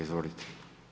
Izvolite.